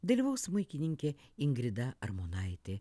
dalyvaus smuikininkė ingrida armonaitė